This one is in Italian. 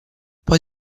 poi